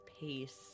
pace